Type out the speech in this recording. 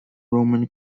roman